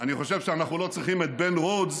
אני חושב שאנחנו לא צריכים את בן רודס